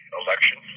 election